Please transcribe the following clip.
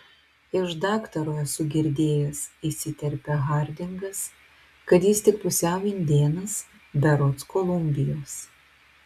iš daktaro esu girdėjęs įsiterpia hardingas kad jis tik pusiau indėnas berods kolumbijos